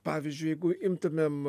pavyzdžiui jeigu imtumėm